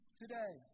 today